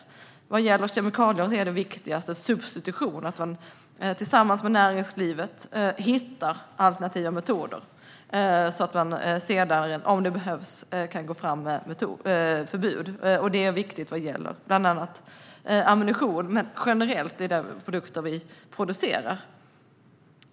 När det gäller kemikalier är den viktigaste substitution, alltså att man tillsammans med näringslivet hittar alternativa metoder så att man senare kan gå fram med ett förbud om det behövs. Det är viktigt vad gäller ammunition men också generellt för produkter vi producerar.